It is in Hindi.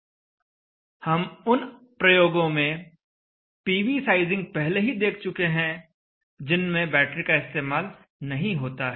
हम उन प्रयोगों में पीवी साइजिंग पहले ही देख चुके हैं जिनमें बैटरी का इस्तेमाल नहीं होता है